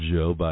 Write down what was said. Joe